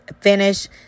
finish